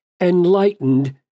enlightened